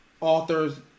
authors